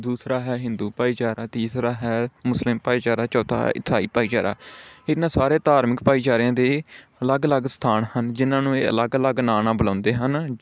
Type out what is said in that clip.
ਦੂਸਰਾ ਹੈ ਹਿੰਦੂ ਭਾਈਚਾਰਾ ਤੀਸਰਾ ਹੈ ਮੁਸਲਿਮ ਭਾਈਚਾਰਾ ਚੌਥਾ ਹੈ ਇਥਾਹੀ ਭਾਈਚਾਰਾ ਇਨ੍ਹਾਂ ਸਾਰੇ ਧਾਰਮਿਕ ਭਾਈਚਾਰਿਆਂ ਦੇ ਅਲੱਗ ਅਲੱਗ ਸਥਾਨ ਹਨ ਜਿਨ੍ਹਾਂ ਨੂੰ ਇਹ ਅਲੱਗ ਅਲੱਗ ਨਾਂ ਨਾਲ ਬੁਲਾਉਂਦੇ ਹਨ